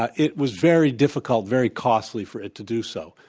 ah it was very difficult, very costly for it to do so,